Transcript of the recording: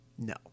No